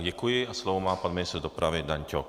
Děkuji a slovo má pan ministr dopravy Dan Ťok.